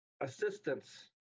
assistance